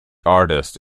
artist